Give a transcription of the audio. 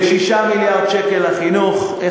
כ-6 מיליארד שקלים לחינוך,